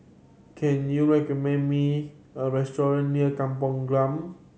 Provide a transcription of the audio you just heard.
can you recommend me a restaurant near Kampung Glam